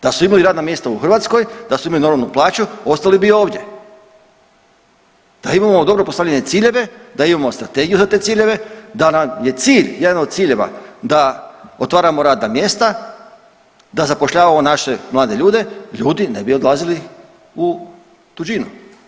Da su imali radna mjesta u Hrvatskoj, da su imali normalnu plaću ostali bi ovdje, da imamo dobro postavljene ciljeve, da imamo strategiju za te ciljeva, da nam je cilj, jedan od ciljeva da otvaramo radna mjesta, da zapošljavamo naše mlade ljude ljudi ne bi odlazili u tuđinu.